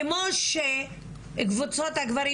כמו שקבוצות הגברים,